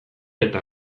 eta